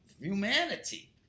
humanity